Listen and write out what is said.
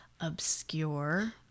obscure